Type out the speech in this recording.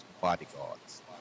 bodyguards